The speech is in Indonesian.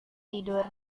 tidur